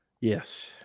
Yes